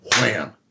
wham